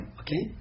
okay